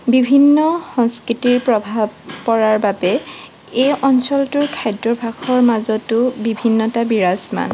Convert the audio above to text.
বিভিন্ন সংস্কৃতিৰ প্ৰভাৱ পৰাৰ বাবে এই অঞ্চলটোৰ খাদ্যাভাসৰ মাজতো বিভিন্নতা বিৰাজমান